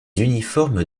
uniformes